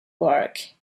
work